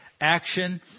action